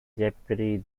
deputy